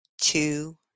two